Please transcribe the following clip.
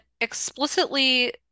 explicitly